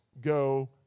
go